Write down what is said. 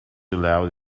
allows